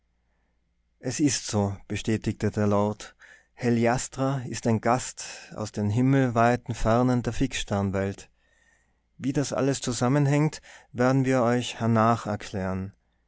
es ist so bestätigte der lord heliastra ist ein gast aus den himmelweiten fernen der fixsternwelt wie das alles zusammenhängt werden wir euch hernach erklären